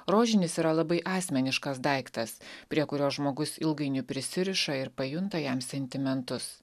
rožinis yra labai asmeniškas daiktas prie kurio žmogus ilgainiui prisiriša ir pajunta jam sentimentus